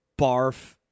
barf